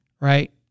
Right